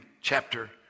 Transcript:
chapter